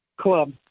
club